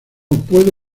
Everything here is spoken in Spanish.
puedo